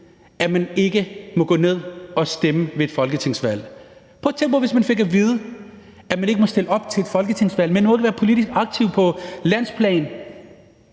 at man ikke måtte gå ned og stemme ved et folketingsvalg, prøv at tænke på, hvis man fik at vide, at man ikke måtte stille op til et folketingsvalg, at man ikke måtte være politisk aktiv på landsplan,